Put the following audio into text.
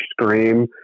scream